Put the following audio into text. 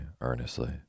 earnestly